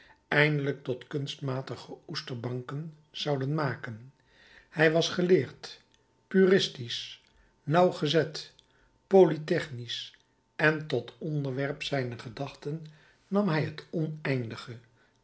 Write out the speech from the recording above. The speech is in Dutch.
eindelijk tot kunstmatige oesterbanken zouden maken hij was geleerd puristisch nauwgezet polytechnisch en tot onderwerp zijner gedachten nam hij het oneindige